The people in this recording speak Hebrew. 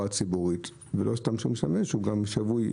הציבורית ולא סתם משתמש אלא הוא גם שבוי.